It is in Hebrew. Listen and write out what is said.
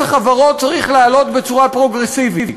מס החברות צריך לעלות בצורה פרוגרסיבית.